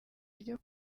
ryo